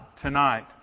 tonight